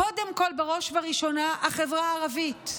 קודם כול, בראש ובראשונה, החברה הערבית,